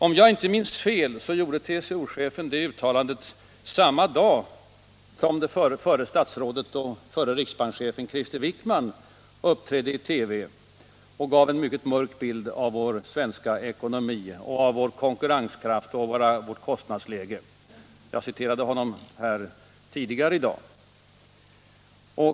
Om jag inte minns fel gjorde TCO-chefen det uttalandet samma dag som förra statsrådet och förre riksbankschefen Krister Wickman uppträdde i TV och gav en mycket mörk bild av den svenska ekonomin, av vår konkurrenskraft och av vårt kostnadsläge. Jag citerade honom här tidigare i dag.